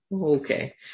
okay